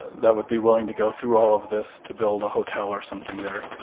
that would be willing to go through all of this to build a hotel or something there.